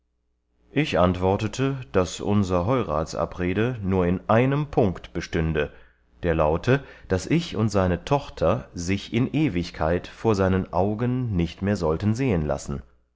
ich antwortete daß unser heuratsabrede nur in einem punkt bestünde der laute daß ich und seine tochter sich in ewigkeit vor seinen augen nicht mehr sollten sehen lassen